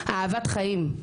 אהבת חיים.